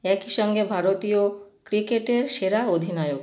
একই সঙ্গে ভারতীয় ক্রিকেটের সেরা অধিনায়ক